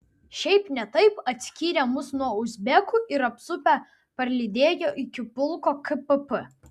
šiaip ne taip atskyrė mus nuo uzbekų ir apsupę parlydėjo iki pulko kpp